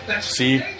See